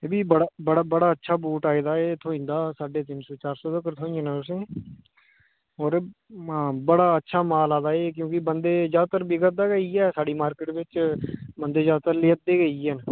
एह्बी बड़ा बड़ा बड़ा अच्छा बूट आए दा एह् थ्होई जंदा साढ़े तीन सौ चार सौ तगर थ्होई जाना तुसें ई होर बड़ा अच्छा माल आ दा एह् क्योंकि बंदे जैदातर बिका दा गै इ'यै साढ़ी मार्किट बिच बंदे जैदातर लेआ दे गै इ'यै न